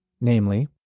namely